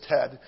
Ted